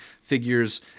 figures